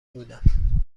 بودم